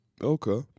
Okay